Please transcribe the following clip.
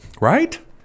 right